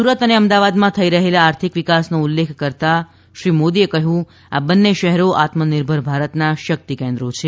સુરત અને અમદાવાદમાં થઇ રહેલા આર્થિક વિકાસનો ઉલ્લેખ કરતા તેમણે કહ્યું કે આ બંને શહેરો આત્મનિર્ભર ભારતના શક્તિ કેન્દ્રો છે